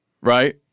Right